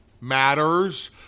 matters